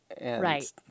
Right